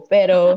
Pero